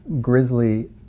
grizzly